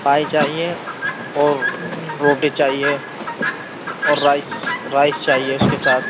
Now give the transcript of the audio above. چائے چاہیے اور روٹی چاہیے اور رائس رائس چاہیے اس کے ساتھ